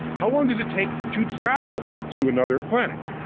how long does it take to travel to another planet?